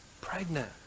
pregnant